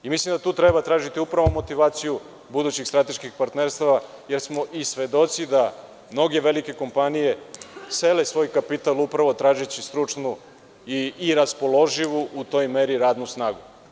Mislim da tu treba tražiti motivaciju budućih strateških partnerstava, jer smo svedoci da mnoge velike kompanije sele svoj kapital tražeći stručnu i raspoloživu radnu snagu.